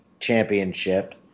Championship